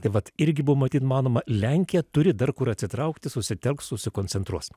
tai vat irgi buvo matyt manoma lenkija turi dar kur atsitraukti susitelks susikoncentruos